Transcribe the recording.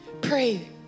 pray